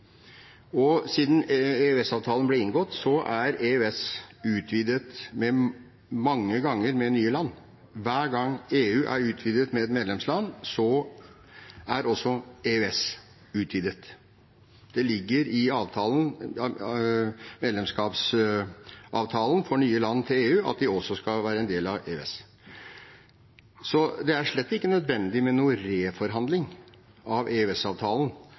EU. Siden EØS-avtalen ble inngått, har EØS blitt utvidet mange ganger med nye land. Hver gang EU har blitt utvidet med et nytt medlemsland, har også EØS blitt utvidet. Det ligger i medlemskapsavtalen for nye land til EU at de også skal være en del av EØS. Så det er slett ikke nødvendig med en reforhandling av